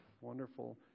Wonderful